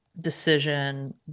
decision